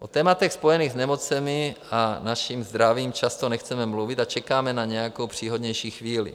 O tématech spojených s nemocemi a naším zdravím často nechceme mluvit a čekáme na nějakou příhodnější chvíli.